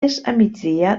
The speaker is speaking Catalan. migdia